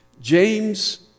James